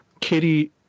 Kitty